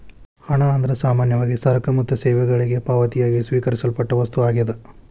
ಹಣ ಅಂದ್ರ ಸಾಮಾನ್ಯವಾಗಿ ಸರಕ ಮತ್ತ ಸೇವೆಗಳಿಗೆ ಪಾವತಿಯಾಗಿ ಸ್ವೇಕರಿಸಲ್ಪಟ್ಟ ವಸ್ತು ಆಗ್ಯಾದ